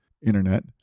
Internet